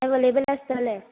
available आसतले